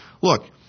look